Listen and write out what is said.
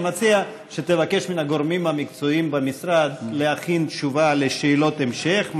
אני מציע שתבקש מהגורמים המקצועיים במשרד להכין תשובה על שאלות המשך,